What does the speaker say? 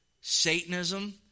Satanism